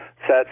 sets